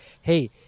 Hey